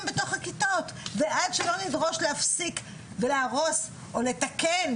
ועד שלא נדרוש להפסיק ולהרוס או לתקן,